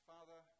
Father